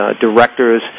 directors